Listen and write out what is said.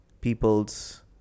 people's